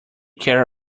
care